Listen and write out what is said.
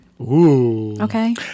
Okay